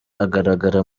agaragara